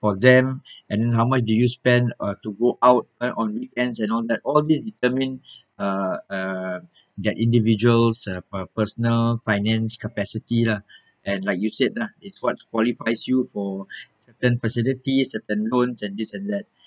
for them and how much do you spend uh to go out uh on weekends and all that all these determine uh uh that individuals personal finance capacity lah and like you said lah it's what qualifies you for certain facilities certain loans and this and that